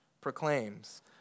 proclaims